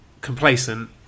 complacent